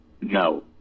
No